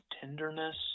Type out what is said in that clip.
tenderness